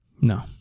no